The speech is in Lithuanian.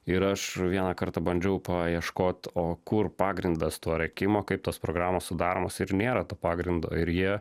ir aš vieną kartą bandžiau paieškot o kur pagrindas to rėkimo kaip tos programos sudaromos ir nėra to pagrindo ir jie